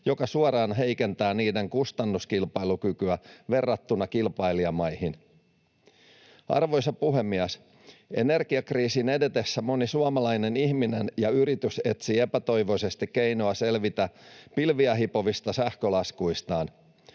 mikä suoraan heikentää niiden kustannuskilpailukykyä verrattuna kilpailijamaihin. Arvoisa puhemies! Energiakriisin edetessä moni suomalainen ihminen ja yritys etsii epätoivoisesti keinoa selvitä pilviä hipovista sähkölaskuistaan.